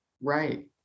Right